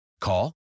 Call